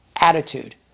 attitude